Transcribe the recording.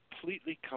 completely